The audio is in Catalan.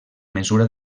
mesura